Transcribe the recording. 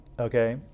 okay